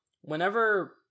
whenever